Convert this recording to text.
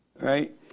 Right